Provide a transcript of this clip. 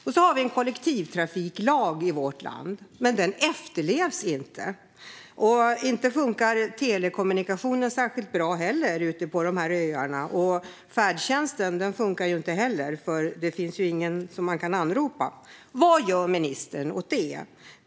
Och så har vi en kollektivtrafiklag i vårt land, men den efterlevs inte. Inte funkar telekommunikationen heller särskilt bra ute på dessa öar. Färdtjänsten funkar inte heller, för det finns ingen man kan anropa. Vad gör ministern åt detta?